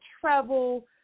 travel